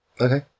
Okay